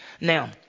Now